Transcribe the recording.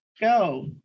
Go